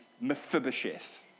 Mephibosheth